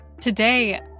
Today